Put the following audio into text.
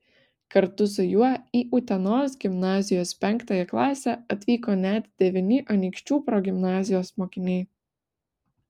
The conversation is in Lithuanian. kartu su juo į utenos gimnazijos penktąją klasę atvyko net devyni anykščių progimnazijos mokiniai